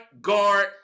guard